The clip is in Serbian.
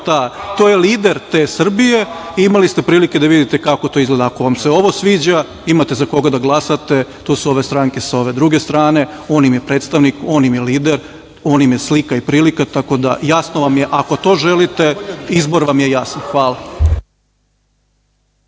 to je lider te Srbije i imali ste prilike da vidite kako to izgleda, ako vam se ovo sviđa imate za koga da glasate, to su ove stranke sa ove druge strane, on im je predstavnik, on im je lider, on im je slika i prilika, tako da, jasno vam je ako to želite, izbor vam je jasan. Hvala.